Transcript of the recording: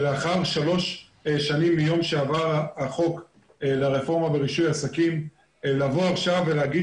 שלאחר שלוש שנים מיום שעבר החוק לרפורמה ברישוי עסקים לבוא עכשיו ולהגיד